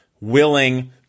willing